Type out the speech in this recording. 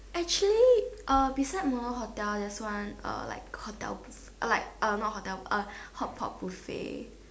actually uh beside mono hotel there's one uh like hotel buff~ like uh not hotel uh hotpot buffet